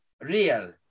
real